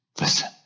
Listen